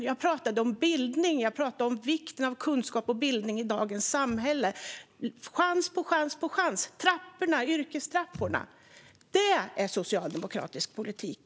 Jag talade om bildning, om vikten av kunskap och bildning i dagens samhälle. Chans på chans, trapporna, yrkestrapporna - det är socialdemokratisk politik!